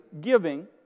giving